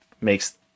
makes